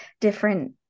different